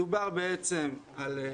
מדובר על הטבה,